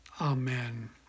Amen